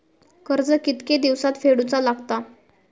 कर्ज कितके दिवसात फेडूचा लागता?